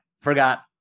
forgot